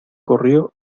corrió